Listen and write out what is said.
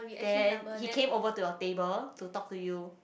then he came over to your table to talk to you